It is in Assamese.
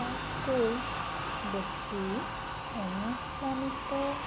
আটাইতকৈ বেছি অনুপ্ৰাণিত